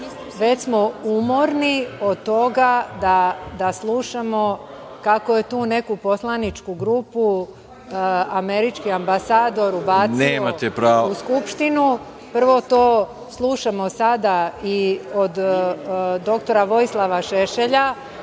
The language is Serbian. već smo umorni od toga da slušamo kako je tu neku poslaničku grupu američki ambasador ubacio u Skupštinu. Prvo, to slušamo sada i od dr Vojislava Šešelja,